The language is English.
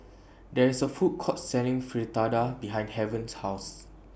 There IS A Food Court Selling Fritada behind Haven's House